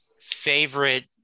favorite